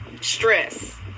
stress